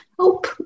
Help